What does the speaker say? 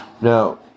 now